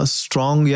strong